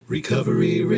Recovery